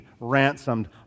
ransomed